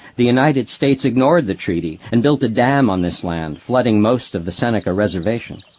the united states ignored the treaty and built a dam on this land, flooding most of the seneca reservation.